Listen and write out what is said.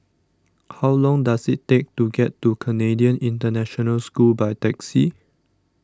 how long does it take to get to Canadian International School by taxi